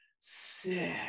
sick